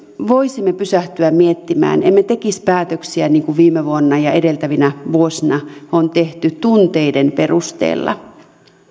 voisimme pysähtyä miettimään emme tekisi päätöksiä niin kuin viime vuonna ja edeltävinä vuosina on tehty tunteiden perusteella